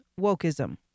wokeism